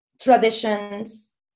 traditions